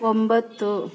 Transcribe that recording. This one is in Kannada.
ಒಂಬತ್ತು